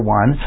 one